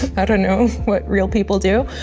i don't know what real people do.